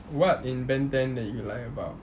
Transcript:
what in ben ten that you like about